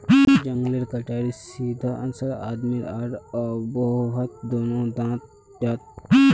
जंगलेर कटाईर सीधा असर आदमी आर आबोहवात दोनों टात पोरछेक